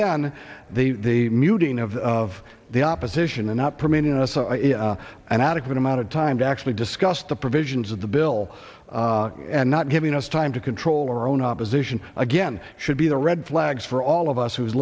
then the muting of the opposition and not permitting us on an adequate amount of time to actually discuss the provisions of the bill and not giving us time to control our own opposition again should be the red flags for all of us who is